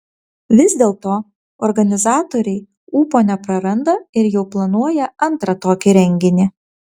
vis dėlto organizatoriai ūpo nepraranda ir jau planuoja antrą tokį renginį